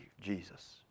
Jesus